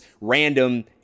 random